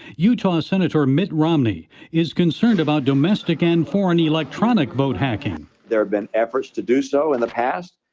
utah senator mitt romney is concerned about domestic and foreign electronic vote hacking. there have been efforts to do so in the past.